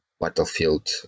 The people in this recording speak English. battlefield